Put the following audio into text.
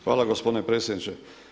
Hvala gospodine predsjedniče.